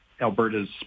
Alberta's